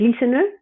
listener